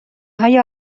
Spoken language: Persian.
های